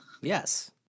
Yes